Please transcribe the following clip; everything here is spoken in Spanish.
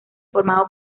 formado